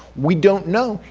we don't know.